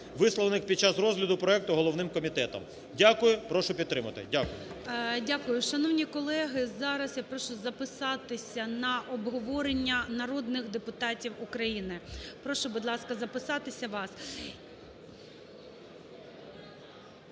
висловлених під час розгляду проекту головним комітетом. Дякую. Прошу підтримати. Дякую. ГОЛОВУЮЧИЙ. Дякую. Шановні колеги, зараз я прошу записатися на обговорення народних депутатів України. Прошу, будь ласка, записатися вас.